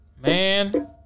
Man